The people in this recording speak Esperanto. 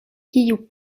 kiu